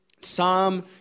Psalm